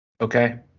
Okay